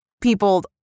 people